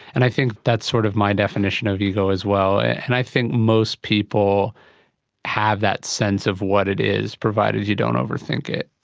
and i think that's sort of my definition of ego as well. and i think most people have that sense of what it is, provided you don't over-think it.